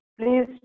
Please